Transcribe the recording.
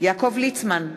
יעקב ליצמן,